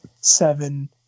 seven